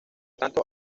tanto